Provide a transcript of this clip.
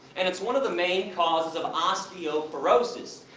and it's one of the main causes of osteoporosis.